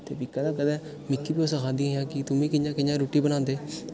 ते फ्ही कदें कदें मिकी बी ओह् सखादिंया हियां कि तुम्मी कि'यां कि'यां रुट्टी बनांदे